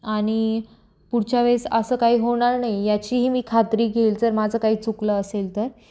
आणि पुढच्या वेळेस असं काही होणार नाही याचीही मी खात्री घेईल जर माझं काही चुकलं असेल तर